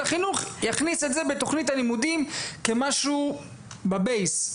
החינוך יכניס את זה בתוכנית הלימודים כמשהו בבייס.